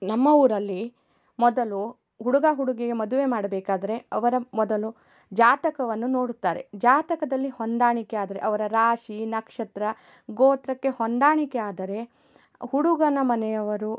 ನಮ್ಮ ಊರಲ್ಲಿ ಮೊದಲು ಹುಡುಗ ಹುಡುಗಿಗೆ ಮದುವೆ ಮಾಡಬೇಕಾದರೆ ಅವರ ಮೊದಲು ಜಾತಕವನ್ನು ನೋಡುತ್ತಾರೆ ಜಾತಕದಲ್ಲಿ ಹೊಂದಾಣಿಕೆ ಆದರೆ ಅವರ ರಾಶಿ ನಕ್ಷತ್ರ ಗೋತ್ರಕ್ಕೆ ಹೊಂದಾಣಿಕೆ ಆದರೆ ಹುಡುಗನ ಮನೆಯವರು